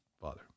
Father